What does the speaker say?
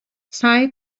سعی